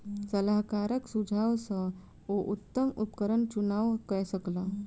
सलाहकारक सुझाव सॅ ओ उत्तम उपकरणक चुनाव कय सकला